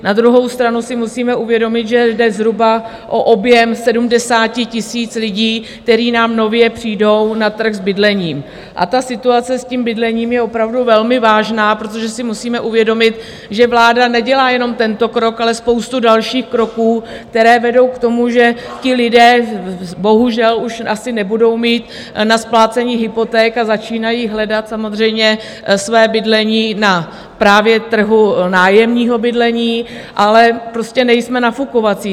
Na druhou stranu si musíme uvědomit, že jde zhruba o objem 70 000 lidí, kteří nám nově přijdou na trh s bydlením a situace s bydlením je opravdu velmi vážná, protože si musíme uvědomit, že vláda nedělá jenom tento krok, ale spoustu dalších kroků, které vedou k tomu, že lidé bohužel už asi nebudou mít na splácení hypoték, a začínají hledat samozřejmě své bydlení na právě trhu nájemního bydlení, ale prostě nejsme nafukovací.